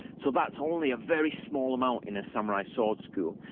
so that's only a very small amount in a samurai sword school.